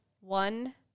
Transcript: one